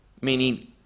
meaning